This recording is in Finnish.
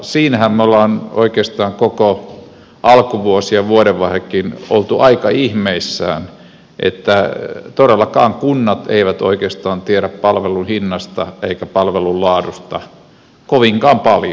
siinähän me olemme oikeastaan koko alkuvuosi ja vuodenvaihdekin olleet aika ihmeissään että todellakaan kunnat eivät oikeastaan tiedä palvelun hinnasta eivätkä palvelun laadusta kovinkaan paljon